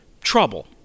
trouble